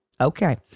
okay